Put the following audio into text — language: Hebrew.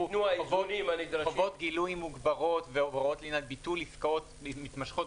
הארכה אוטומטית של העסקה.